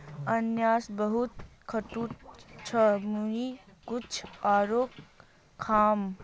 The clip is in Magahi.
अनन्नास बहुत खट्टा छ मुई कुछू आरोह खाम